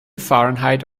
fahrenheit